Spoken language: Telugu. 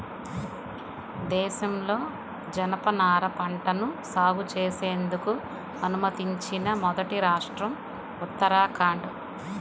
దేశంలో జనపనార పంటను సాగు చేసేందుకు అనుమతించిన మొదటి రాష్ట్రం ఉత్తరాఖండ్